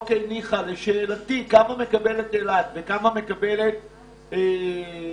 שאלתי כמה מקבלת אילת וכמה מקבלת טבריה